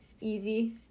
easy